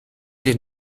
den